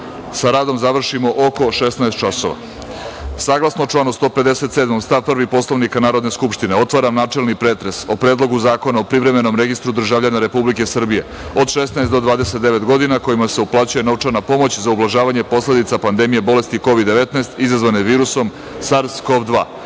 sa radom završimo oko 16.00 časova. Saglasno članu 157. stav 1. Poslovnika Narodne skupštine otvaram načelni pretres o Predlogu zakona o Privremenom registru državljana Republike Srbije od 16 do 29 godina, kojima se uplaćuje novčana pomoć za ublažavanje posledica pandemije bolesti COVID-19 izazvane virusom SARS-CoV-2.Reč